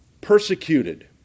persecuted